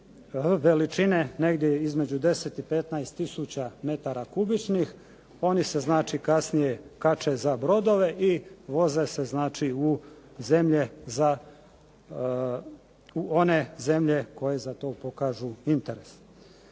veličine negdje između 10 i 15 tisuća metara kubičnih, oni se znači kasnije kače za brodove i voze se u one zemlje koje za to pokažu interes.